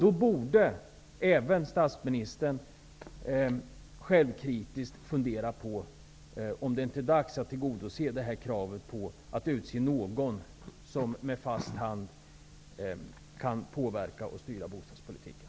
Då borde även statsministern självkritiskt fundera över om det inte är dags att tilldogose kravet på att utse någon som med fast hand kan påverka och styra bostadspolitiken.